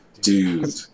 dude